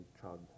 chug